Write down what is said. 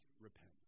repent